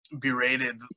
berated